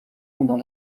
pendant